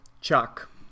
Chuck